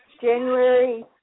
January